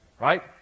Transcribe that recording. Right